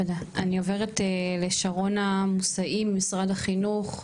אני עוברת לשרונה מוסאי ממשרד החינוך,